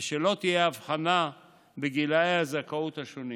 ושלא תהיה הבחנה בגילאי הזכאות השונים.